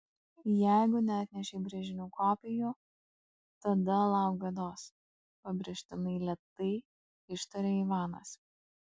jeigu neatnešei brėžinių kopijų tada lauk bėdos pabrėžtinai lėtai ištarė ivanas